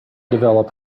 develop